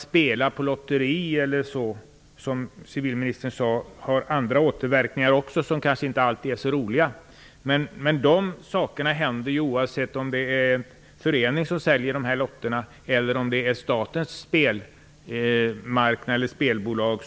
Spel på lotteri m.m. har också återverkningar som inte alltid är så roliga, men de inträffar oavsett om en förening säljer lotterna eller om försäljningen ombesörjs av statens spelbolag.